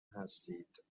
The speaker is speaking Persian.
هستید